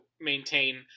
maintain